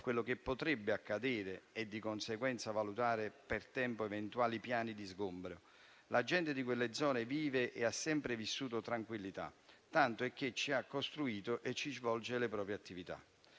ciò che potrebbe accadere e, di conseguenza, valutare per tempo eventuali piani di sgombro. La gente di quelle zone vive e ha sempre vissuto in tranquillità, tanto che ci ha costruito e ci svolge le proprie attività.